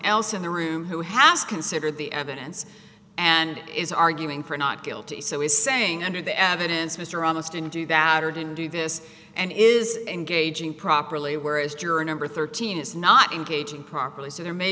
else in the room who has considered the evidence and is arguing for not guilty so is saying under the ad since mr imus didn't do that or didn't do this and is engaging properly where is juror number thirteen is not engaging properly so there may